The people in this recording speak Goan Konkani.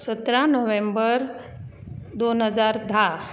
सतरा नोवेंबर दोन हजार धा